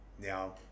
Now